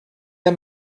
der